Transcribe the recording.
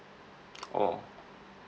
oh